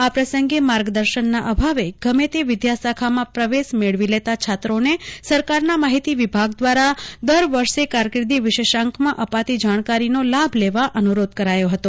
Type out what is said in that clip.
આ પ્રસંગે માર્ગદર્શનના અભાવે ગમે તે વિદ્યાશાખામાં પ્રવેશ મેળવી લેતા છાત્રોને સરકારના માહિતી વિભાગ દ્વારા દર વર્ષે કારકિર્દી વિશેષાંકમાં અપાતી જાણકારીનો લાભ લેતા અનુરોધ કરાયો હતો